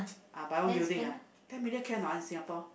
uh buy one building ah ten million can or not ah in Singapore